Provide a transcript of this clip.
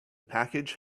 package